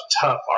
tough